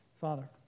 Father